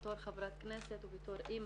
כחברת כנסת וגם כאם